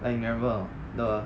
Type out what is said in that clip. I remember the